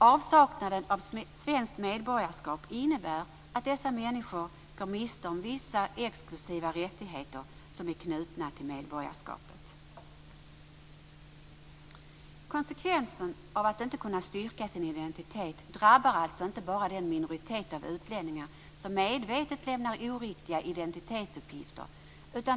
Avsaknaden av svenskt medborgarskap innebär att dessa människor går miste om vissa exklusiva rättigheter som är knutna till medborgarskapet. Konsekvenserna av att inte kunna styrka sin identitet drabbar alltså inte bara den minoritet av utlänningar som medvetet lämnar oriktiga identitetsuppgifter.